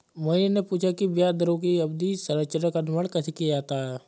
मोहिनी ने पूछा कि ब्याज दरों की अवधि संरचना का निर्माण कैसे किया जाता है?